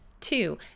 Two